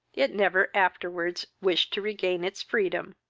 it never afterwards wished to regain its freedom.